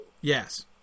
Yes